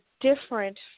different